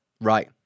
Right